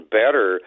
better